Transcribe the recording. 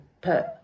put